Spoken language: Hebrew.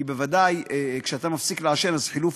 כי בוודאי כשאתה מעשן חילוף